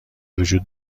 وجود